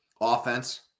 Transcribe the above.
Offense